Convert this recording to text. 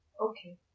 Okay